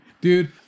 Dude